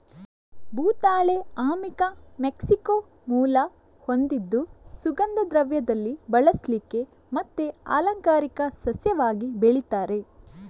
ಭೂತಾಳೆ ಅಮಿಕಾ ಮೆಕ್ಸಿಕೋ ಮೂಲ ಹೊಂದಿದ್ದು ಸುಗಂಧ ದ್ರವ್ಯದಲ್ಲಿ ಬಳಸ್ಲಿಕ್ಕೆ ಮತ್ತೆ ಅಲಂಕಾರಿಕ ಸಸ್ಯವಾಗಿ ಬೆಳೀತಾರೆ